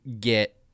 get